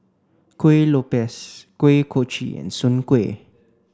Kuih Lopes Kuih Kochi and Soon Kway